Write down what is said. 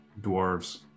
dwarves